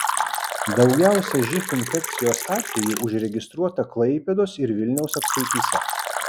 daugiausiai živ infekcijos atvejų užregistruota klaipėdos ir vilniaus apskrityse